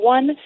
One